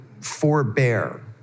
forbear